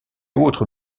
autres